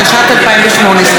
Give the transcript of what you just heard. התשע"ט 2018,